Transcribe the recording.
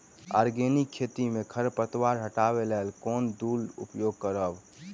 Organic खेती मे खरपतवार हटाबै लेल केँ टूल उपयोग करबै?